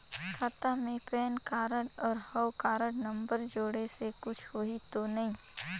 खाता मे PAN card और हव कारड नंबर जोड़े से कुछ होही तो नइ?